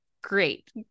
Great